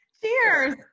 Cheers